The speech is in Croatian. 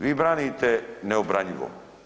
Vi branite neobranjivo.